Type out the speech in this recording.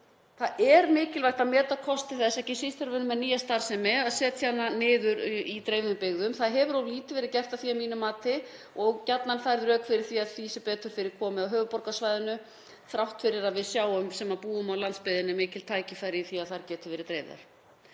Það er mikilvægt að meta kosti þess, ekki síst með nýja starfsemi, að setja hana niður í dreifðum byggðum. Það hefur of lítið verið gert af því að mínu mati og gjarnan færð rök fyrir því að henni sé betur fyrir komið á höfuðborgarsvæðinu þrátt fyrir að við sem búum á landsbyggðinni sjáum mikil tækifæri í því að hún geti verið dreifð.